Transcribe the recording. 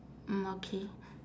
mm okay